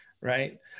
Right